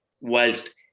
whilst